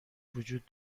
وجود